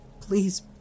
please